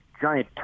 giant